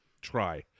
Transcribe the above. try